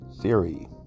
theory